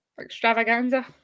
extravaganza